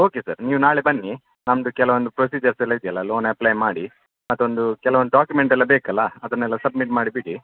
okay sir ನೀವ್ ನಾಳೆ ಬನ್ನಿ ನಮ್ದು ಕೆಲವೊಂದು ಪ್ರೊಸಿಜರ್ಸ್ ಎಲ್ಲ ಇದ್ಯಲ್ಲ ಲೋನ್ ಅಪ್ಲೈ ಮಾಡಿ ಮತ್ತೊಂದು ಕೆಲವೊಂದು ಡಾಕ್ಯುಮೆಂಟ್ ಎಲ್ಲ ಬೇಕಲ್ಲಾ ಅದನ್ನೆಲ್ಲ ಸಬ್ಮಿಟ್ ಮಾಡಿಬಿಡಿ